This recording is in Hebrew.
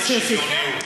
אז שיוסיף.